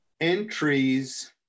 entries